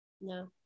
No